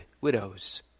widows